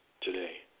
today